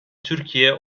türkiye